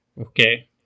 Okay